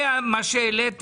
רוצה להגיד